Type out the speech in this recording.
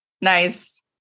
Nice